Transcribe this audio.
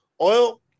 Oil